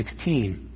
16